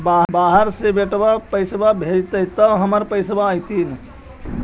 बाहर से बेटा भेजतय त हमर पैसाबा त अंतिम?